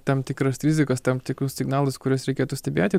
tam tikras rizikas tam tikrus signalus kuriuos reikėtų stebėti